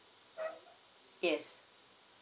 yes